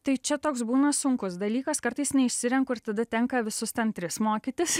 tai čia toks būna sunkus dalykas kartais neišsirenku ir tada tenka visus ten tris mokytis